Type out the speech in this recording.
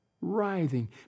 writhing